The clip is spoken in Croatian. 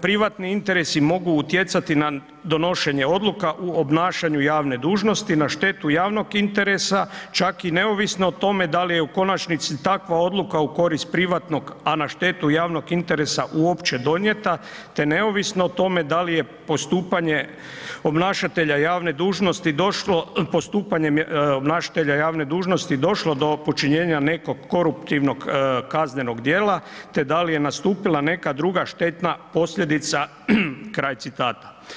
privatni interesi mogu utjecati na donošenje odluka u obnašanju javne dužnosti na štetu javnog interesa, čak i neovisno o tome da li je u konačnici takva odluka u korist privatnog, a na štetu javnog interesa uopće donijeta te neovisno o tome da li je postupanje obnašatelja javne dužnosti došlo postupanjem obnašatelja javne dužnosti došlo do počinjenja nekog koruptivnog kaznenog djela te da li je postupila neka druga štetna posljedica, kraj citata.